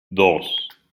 dos